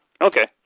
okay